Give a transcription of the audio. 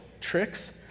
tricks